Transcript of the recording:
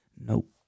Nope